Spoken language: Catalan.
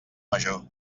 major